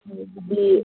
ꯑꯗꯨꯗꯤ